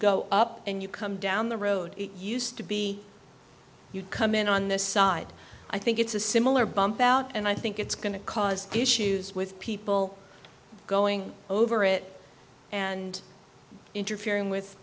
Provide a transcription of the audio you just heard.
go up and you come down the road it used to be you come in on this side i think it's a similar bump out and i think it's going to cause issues with people going over it and interfering with